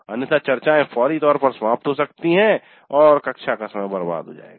अन्यथा चर्चाएँ फौरी तौर पर समाप्त हो सकती हैं और कक्षा का समय बर्बाद हो जायेगा